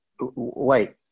wait